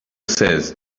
says